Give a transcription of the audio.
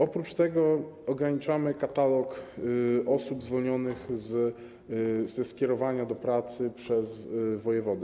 Oprócz tego ograniczamy katalog osób zwolnionych ze skierowania do pracy przez wojewodę.